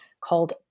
called